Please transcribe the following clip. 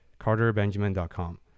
carterbenjamin.com